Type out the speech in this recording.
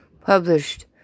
published